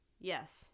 Yes